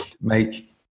make